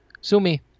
Sumi